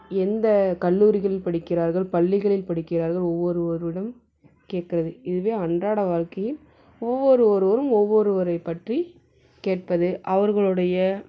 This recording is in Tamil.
எந்த கல்லூரிகளில் படிக்கிறார்கள் பள்ளிகளில் படிக்கிறார்கள் ஒவ்வொருவரிடமும் கேட்குறது இதுவே அன்றாட வாழ்க்கையில் ஒவ்வொருவருவரும் ஒவ்வொருவரை பற்றி கேட்பது அவர்களுடைய